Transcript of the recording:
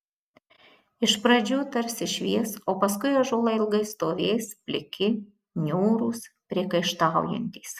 iš pradžių tarsi švies o paskui ąžuolai ilgai stovės pliki niūrūs priekaištaujantys